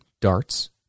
darts